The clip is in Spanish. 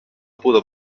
pudo